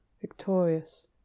victorious